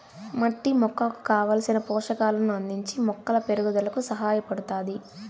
మట్టి మొక్కకు కావలసిన పోషకాలను అందించి మొక్కల పెరుగుదలకు సహాయపడుతాది